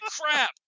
crap